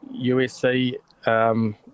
USC